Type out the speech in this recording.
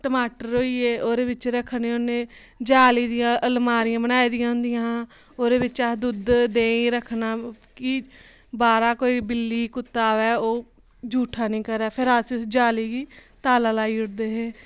टमाटर होई गे ओह्दे बिच्च रक्खने होन्ने जाली दियां अलमारियां बनाई दियां होंदियां ओह्दे बिच्च अस दुद्ध देहीं रक्खना कि बाह्रा कोई बिल्ली कुत्ता आवै ओह् झुठा निं करै फ्ही अस उस जाली गी ताला लाई ओड़दे हे